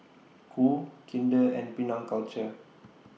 Qoo Kinder and Penang Culture